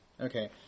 Okay